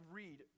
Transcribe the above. read